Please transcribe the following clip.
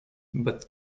but